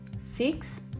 six